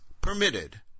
permitted